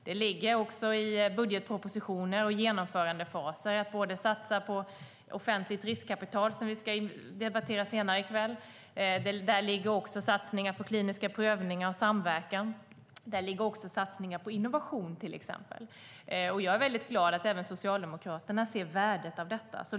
Det ligger också i budgetpropositioner och genomförandefaser att satsa på offentligt riskkapital, som vi ska debattera senare i kväll, kliniska prövningar och samverkan samt till exempel innovation. Jag är väldigt glad att även Socialdemokraterna ser värdet av detta.